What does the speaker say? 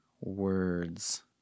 words